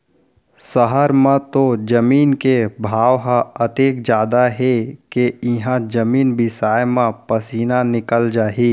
सहर म तो जमीन के भाव ह अतेक जादा हे के इहॉं जमीने बिसाय म पसीना निकल जाही